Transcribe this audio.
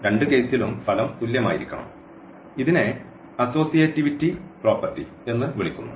രണ്ട് കേസിലും ഫലം തുല്യമായിരിക്കണം ഇതിനെ അസോസിയേറ്റിവിറ്റി പ്രോപ്പർട്ടി എന്ന് വിളിക്കുന്നു